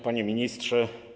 Panie Ministrze!